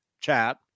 chat